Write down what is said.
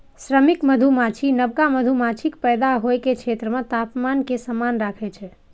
श्रमिक मधुमाछी नवका मधुमाछीक पैदा होइ के क्षेत्र मे तापमान कें समान राखै छै